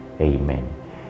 Amen